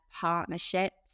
partnerships